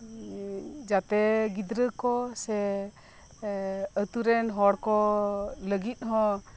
ᱡᱟᱛᱮ ᱜᱤᱫᱽᱨᱟᱹ ᱠᱚ ᱥᱮ ᱟᱛᱳ ᱨᱮᱱ ᱦᱚᱲ ᱠᱚ ᱞᱟᱜᱤᱫ ᱦᱚᱸ